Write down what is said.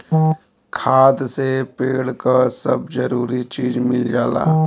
खाद से पेड़ क सब जरूरी चीज मिल जाला